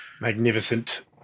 Magnificent